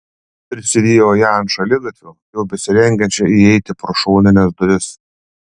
prisivijo ją ant šaligatvio jau besirengiančią įeiti pro šonines duris